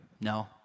No